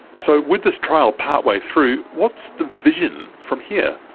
so with this trial partway through, what's the vision from here?